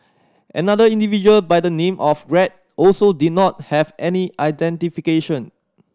another individual by the name of Greg also did not have any identification